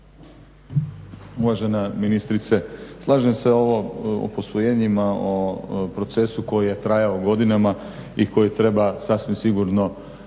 Uvažena ministrice slažem se ovo o posvojenjima o procesu koji je trajao godinama i koji treba sasvim sigurno